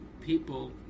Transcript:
people